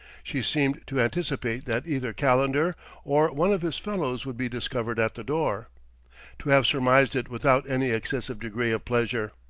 she seemed to anticipate that either calendar or one of his fellows would be discovered at the door to have surmised it without any excessive degree of pleasure.